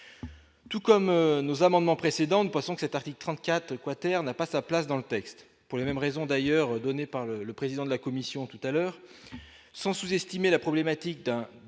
Tout comme nos amendements précédente passant que cet article 34 quater n'a pas sa place dans le texte, pour les mêmes raisons d'ailleurs donné par le le président de la commission tout à l'heure, sans sous-estimer la problématique d'un